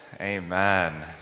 Amen